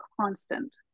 constant